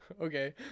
okay